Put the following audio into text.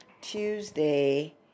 Tuesday